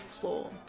floor